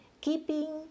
keeping